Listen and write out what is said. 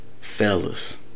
fellas